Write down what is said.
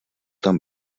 tam